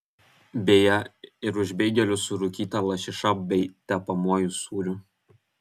beje ir už beigelius su rūkyta lašiša bei tepamuoju sūriu